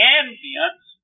ambience